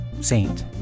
saint